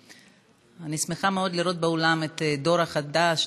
אני שמחה מאוד לראות באולם את הדור החדש,